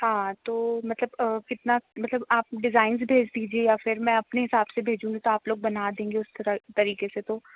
हाँ तो मतलब कितना मतलब आप डिज़ाईन्स भेज दीजिए या फिर मैं अपने हिसाब से भेजूँगी तो आप लोग बना देंगे उस तरह तरीक़े से तो